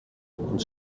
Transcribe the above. und